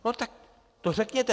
No tak to řekněte.